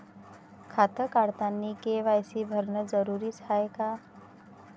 खातं काढतानी के.वाय.सी भरनं जरुरीच हाय का?